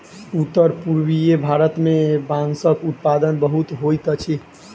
उत्तर पूर्वीय भारत मे बांसक उत्पादन बहुत होइत अछि